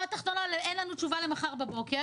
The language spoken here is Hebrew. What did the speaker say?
התחתונה היא שאין לנו תשובה למחר בבוקר,